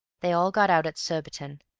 they all got out at surbiton,